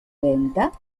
venta